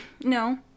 No